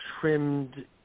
trimmed